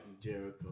Jericho